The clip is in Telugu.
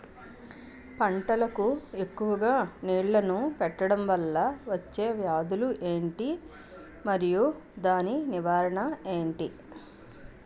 పంటలకు ఎక్కువుగా నీళ్లను పెట్టడం వలన వచ్చే వ్యాధులు ఏంటి? మరియు దాని నివారణ ఏంటి?